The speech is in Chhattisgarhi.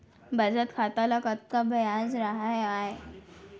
बचत खाता ल कतका ब्याज राहय आय?